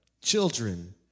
children